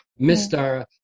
Mr